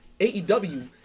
AEW